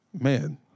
man